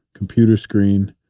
computer screen,